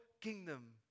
kingdom